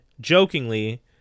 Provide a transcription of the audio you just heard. jokingly